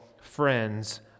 friends